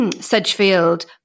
Sedgefield